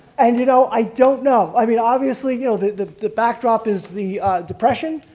and you know, i don't know. i mean, obviously you know the the backdrop is the depression.